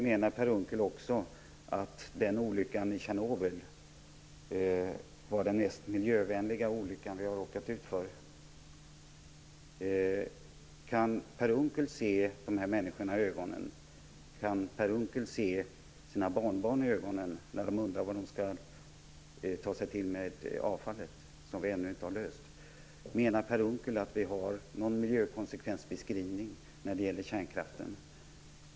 Menar Per Unckel också att olyckan i Tjernobyl var den mest miljövänliga olyckan som har inträffat? Kan Per Unckel se dessa människor i ögonen? Kan Per Unckel se sina barnbarn i ögonen när de undrar vad de skall ta sig till med avfallet, eftersom vi ännu inte har löst den frågan? Menar Per Unckel att vi har någon miljökonsekvensbeskrivning när det gäller kärnkraften?